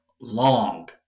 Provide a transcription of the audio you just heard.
long